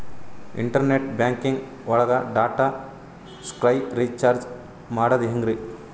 Internet banking ಒಳಗ್ Tata sky recharge ಮಾಡದ್ ಹೆಂಗ್ರೀ?